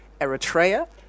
Eritrea